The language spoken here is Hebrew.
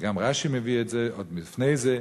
וגם רש"י מביא את זה עוד לפני זה,